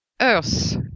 Earth